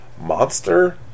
monster